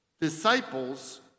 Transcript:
disciples